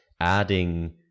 adding